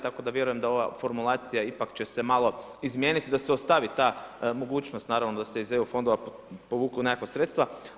Tako da vjerujem da ova formulacija, ipak će se malo izmijeniti, da se ostavi ta mogućnost, naravno da se iz EU fondova povuku neka sredstva.